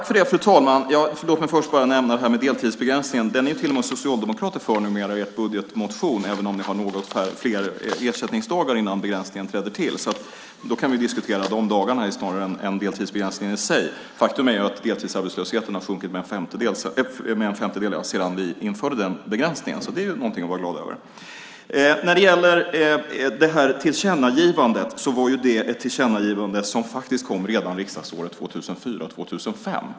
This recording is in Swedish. Fru talman! Låt mig först ta upp frågan om deltidsbegränsningen. Den är till och med socialdemokrater för i er budgetmotion, även om ni har något fler ersättningsdagar innan begränsningen träder till. Vi kan diskutera de dagarna snarare än deltidsbegränsningen i sig. Faktum är att deltidsarbetslösheten har sjunkit med en femtedel sedan vi införde begränsningen. Det är något att vara glad över. Tillkännagivandet kom redan riksdagsåret 2004/05.